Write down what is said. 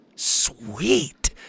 Sweet